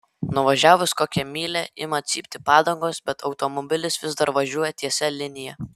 nuvažiavus kokią mylią ima cypti padangos bet automobilis vis dar važiuoja tiesia linija